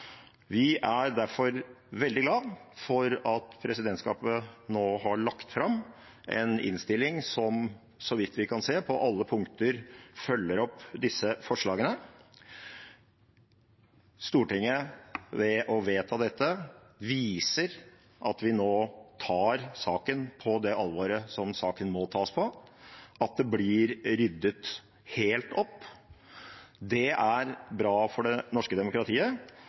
Vi er derfor veldig glade for at presidentskapet nå har lagt fram en innstilling som – så vidt vi kan se – på alle punkter følger opp disse forslagene. Ved å vedta dette viser Stortinget at vi nå tar saken på det alvoret som saken må tas på, og at det blir ryddet helt opp. Det er bra for det norske demokratiet.